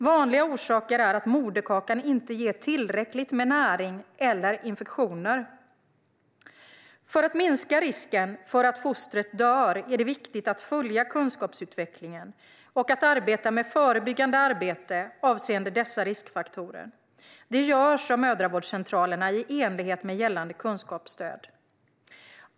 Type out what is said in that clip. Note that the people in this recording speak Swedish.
Vanliga orsaker är att moderkakan inte ger tillräckligt med näring, eller att infektioner uppstår. För att minska risken för att fostret dör är det viktigt att följa kunskapsutvecklingen och att arbeta med förebyggande arbete avseende dessa riskfaktorer. Det görs av mödravårdscentralerna i enlighet med gällande kunskapsstöd.